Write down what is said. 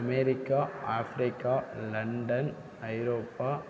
America Africa London Europe